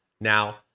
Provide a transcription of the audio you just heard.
now